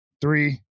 Three